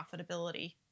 profitability